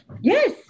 yes